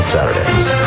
Saturdays